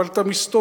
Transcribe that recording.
אבל אתה מסתובב,